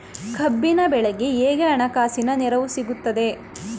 ಕಬ್ಬಿನ ಬೆಳೆಗೆ ಹೇಗೆ ಹಣಕಾಸಿನ ನೆರವು ಸಿಗುತ್ತದೆ?